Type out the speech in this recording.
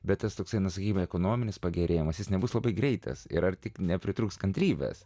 bet tas toksinas gymio ekonominis pagerėjimas jis nebus labai greitas ir ar tik nepritrūks kantrybės